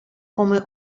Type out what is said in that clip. come